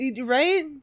right